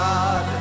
God